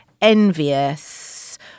envious